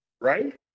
right